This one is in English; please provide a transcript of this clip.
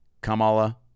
Kamala